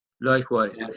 Likewise